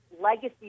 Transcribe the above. legacy